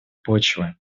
почвы